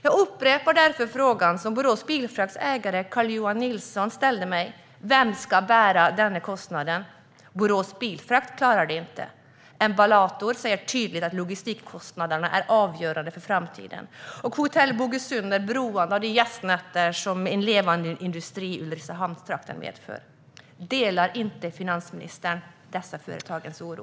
Jag upprepar därför den fråga som Borås Bilfrakts ägare Carl-Johan Nilsson ställde till mig: Vem ska bära kostnaden? Borås Bilfrakt klarar det inte. Emballator säger tydligt att logistikkostnaderna är avgörande för framtiden. Hotell Bogesund är beroende av de gästnätter som en levande industri i Ulricehamnstrakten medför. Delar inte finansministern dessa företags oro?